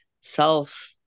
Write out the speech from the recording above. self